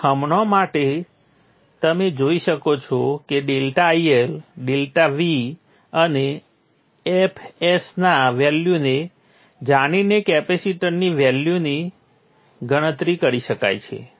તેથી હમણાં માટે તમે જોઈ શકો છો કે ∆IL ∆V અને fs ના વેલ્યુને જાણીને કેપેસિટરના વેલ્યુની ગણતરી કરી શકાય છે